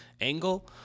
angle